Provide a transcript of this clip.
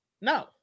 No